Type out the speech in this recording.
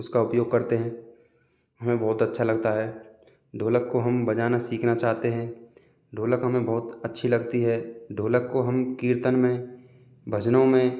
उसका उपयोग करते हैं हमें बहुत अच्छा लगता है ढोलक को हम बजाना सीखना चाहते हैं ढोलक हमें बहुत अच्छी लगती है ढोलक को हम कीर्तन में भजनों में